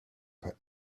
put